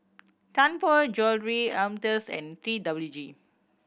Tianpo Jewellery Ameltz and T W G